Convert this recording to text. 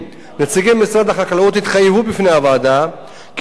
נציגי משרד החקלאות התחייבו בפני הוועדה כי נושאים